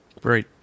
Great